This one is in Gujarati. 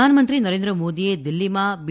પ્રધાનમંત્રી નરેન્દ્ર મોદી એ દિલ્હીમાં બી